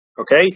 Okay